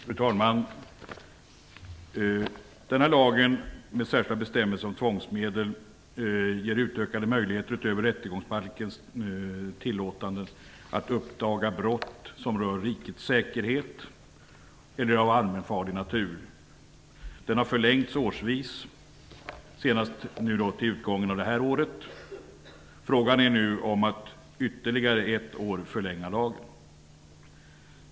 Fru talman! Den här lagen med särskilda bestämmelser om tvångsmedel ger utökade möjligheter utöver rättegångsbalkens tillåtanden att uppdaga brott som rör rikets säkerhet eller brott av allmänfarlig natur. Den har förlängts årsvis, senast till utgången av det här året. Nu gäller frågan att ytterligare en gång förlänga lagen ett år.